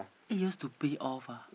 eight years to pay off ah